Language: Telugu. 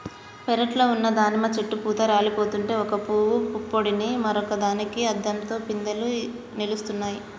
పెరట్లో ఉన్న దానిమ్మ చెట్టు పూత రాలిపోతుంటే ఒక పూవు పుప్పొడిని మరొక దానికి అద్దంతో పిందెలు నిలుస్తున్నాయి